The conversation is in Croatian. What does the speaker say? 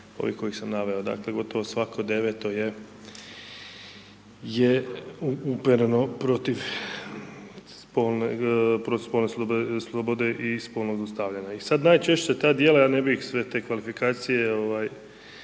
ovih koje sam naveo. Dakle, gotovo svako deveto je upereno protiv spolne slobode i spolnog zlostavljanja. I sad najčešće ta djela, ja ne bih sve te kvalifikacije, niti,